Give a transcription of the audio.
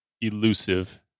elusive